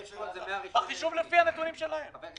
החישוב לפי הנתונים שלהם.